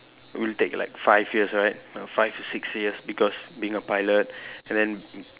will take like five years right five to six years because being a pilot and then